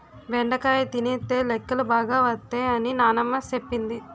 బెండకాయ తినితే లెక్కలు బాగా వత్తై అని నానమ్మ సెప్పింది